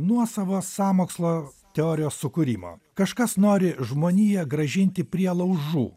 nuosavo sąmokslo teorijos sukūrimo kažkas nori žmoniją grąžinti prie laužų